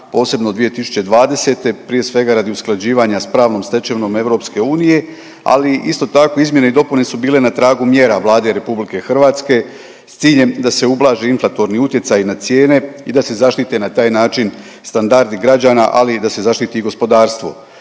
posebno od 2020. prije svega radi usklađivanja sa pravnom stečevinom EU, ali isto tako izmjene i dopune su bile na tragu mjera Vlade Republike Hrvatske sa ciljem da se ublaži inflatorni utjecaj na cijene i da se zaštite na taj način standardi građana, ali i da se zaštiti gospodarstvo.